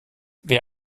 wer